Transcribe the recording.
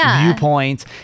viewpoints